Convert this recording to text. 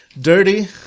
dirty